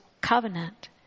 covenant